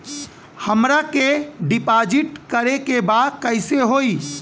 हमरा के डिपाजिट करे के बा कईसे होई?